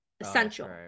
essential